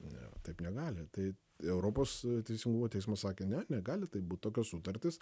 ne taip negali taip europos teisingumo teismas sakė ne negali būt tokios sutartys